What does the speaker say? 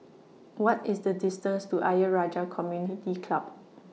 What IS The distance to Ayer Rajah Community Club